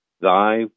Thy